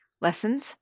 lessons